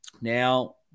Now